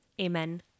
Amen